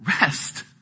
rest